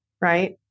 right